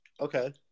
Okay